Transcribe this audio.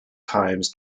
times